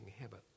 habit